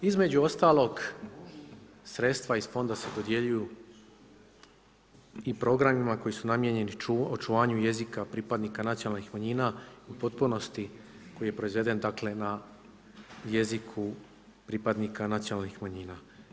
Između ostalog sredstva iz fonda se dodjeljuju i programima koji su namijenjeni i očuvanju jezika pripadnika nacionalnih manjina u potpunosti koji je proizveden na jeziku pripadnika nacionalnih manjina.